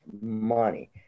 money